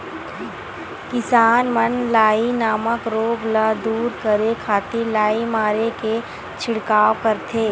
किसान मन लाई नामक रोग ल दूर करे खातिर लाई मारे के छिड़काव करथे